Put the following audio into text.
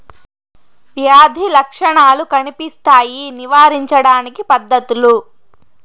వ్యాధి లక్షణాలు కనిపిస్తాయి నివారించడానికి పద్ధతులు?